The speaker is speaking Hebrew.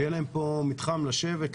שיהיה להם מתחם לשבת,